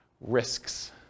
Risks